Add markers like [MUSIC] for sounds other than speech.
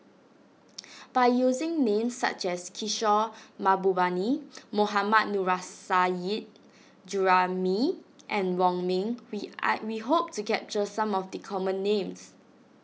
[NOISE] by using names such as Kishore Mahbubani Mohammad Nurrasyid Juraimi and Wong Ming we [NOISE] we hope to capture some of the common names